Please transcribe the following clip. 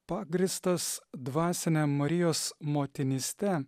pagrįstas dvasine marijos motinyste